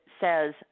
says